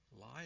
Lie